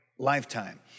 Lifetime